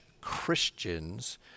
Christians